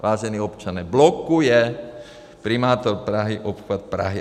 Vážený občane, blokuje primátor Prahy obchvat Prahy.